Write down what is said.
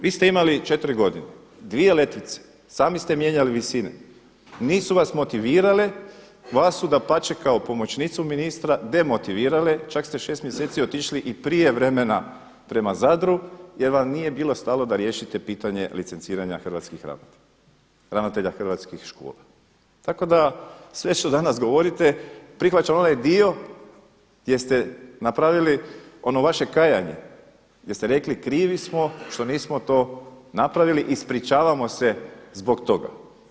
Vi ste imali četiri godine, dvije letvice, sami ste mijenjali visine, nisu vas motivirale, vas su dapače kao pomoćnicu ministra demotivirale, čak ste šest mjeseci otišli i prije vremena prema Zadru jer vam nije bilo stalo da riješite pitanje licenciranja hrvatskih ravnatelja, ravnatelja hrvatskih škola, tako da sve što danas govorite prihvaćam onaj dio gdje ste napravili ono vaše kajanje gdje ste rekli krivi smo što nismo to napravili, ispričavamo se zbog toga.